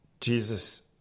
Jesus